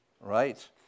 Right